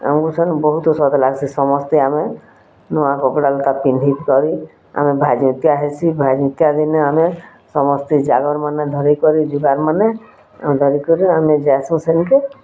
ଆମକୁ ସାନୁ ବହୁତ ଉତ୍ସାହ ତ ଲାଗ୍ସି ସମସ୍ତେ ଆମେ ନୂଆ କପଡ଼ା ହେରିକା ପିନ୍ଧି କରି ଆମେ ଭାଜିତ୍ୟା ହେସି ଭାଜିତ୍ୟା ଦିନେ ଆମେ ସମସ୍ତେ ଜାଗରମାନ ଧରି କରି ଜୁହାରମାନେ ଗଡ଼ି କରି ଆମେ ଯାସୁଁ ସେମିତି